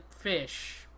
fish